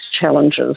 challenges